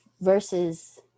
versus